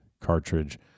cartridge